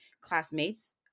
classmates